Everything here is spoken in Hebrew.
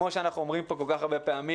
כמו שאנחנו אומרים פה כל כך הרבה פעמים.